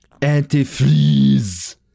antifreeze